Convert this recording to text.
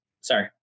sorry